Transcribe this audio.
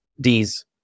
D's